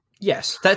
Yes